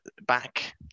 back